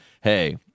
hey